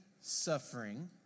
suffering